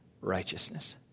righteousness